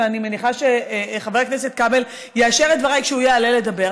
ואני מניחה שחבר הכנסת כבל יאשר את דבריי כשהוא יעלה לדבר,